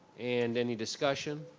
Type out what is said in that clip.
and any discussion?